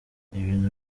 ibintu